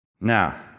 Now